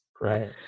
right